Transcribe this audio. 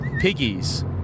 Piggies